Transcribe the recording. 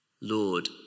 Lord